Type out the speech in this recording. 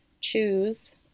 choose